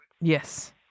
Yes